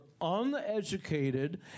uneducated